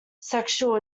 sexual